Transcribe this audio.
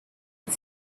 had